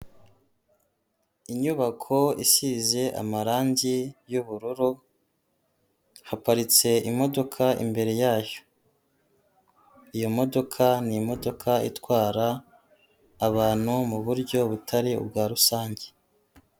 Inyubako isize amarangi y'ubururu, haparitse imodoka imbere yayo. Iyo modoka ni imodoka itwara abantu mu buryo butari ubwa rusange.